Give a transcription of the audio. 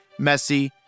Messi